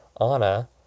Anna